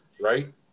right